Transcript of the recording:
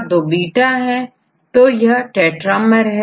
इसे हिट्रोटेट्रामेर भी कहेंगे क्योंकि इसमें दो अलग चेन है टोटल चेन4 हैं